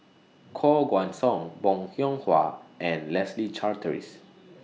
Koh Guan Song Bong Hiong Hwa and Leslie Charteris